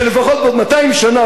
שלפחות עוד 200 שנה,